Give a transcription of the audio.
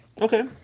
Okay